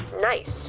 Nice